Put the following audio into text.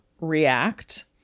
react